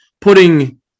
putting